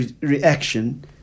reaction